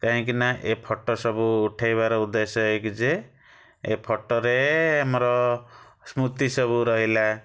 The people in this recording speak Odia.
କାହିଁକି ନା ଏ ଫଟୋ ସବୁ ଉଠେଇବାର ଉଦ୍ଦେଶ୍ୟ ଏହିକି ଯେ ଏ ଫଟୋରେ ଆମର ସ୍ମୃତି ସବୁ ରହିଲା